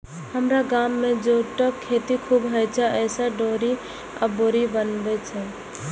हमरा गाम मे जूटक खेती खूब होइ छै, जइसे डोरी आ बोरी बनै छै